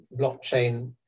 blockchain